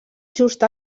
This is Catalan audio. just